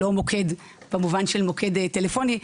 לא מוקד במובן של מוקד טלפוני,